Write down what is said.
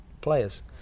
players